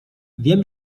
wiem